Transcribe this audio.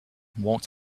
walked